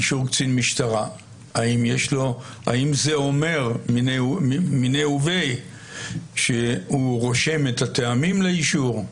האם זה אומר מינה וביה שהוא רושם את הטעמים לאישור?